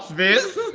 this?